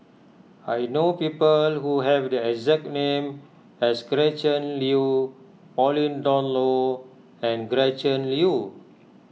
I know people who have the exact name as Gretchen Liu Pauline Dawn Loh and Gretchen Liu